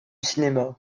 cinéma